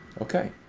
Okay